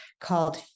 called